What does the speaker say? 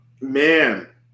man